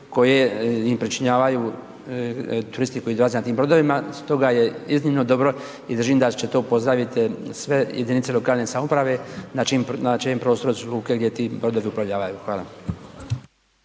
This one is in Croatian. koje im pričinjavaju turisti koji dolaze na tim brodovima, stoga je iznimno dobro i držim da će to pozdraviti i sve jedinice lokalne samouprave na čijim prostoru su luke gdje ti brodovi uplovljavaju. Hvala.